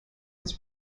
his